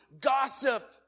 gossip